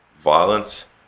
violence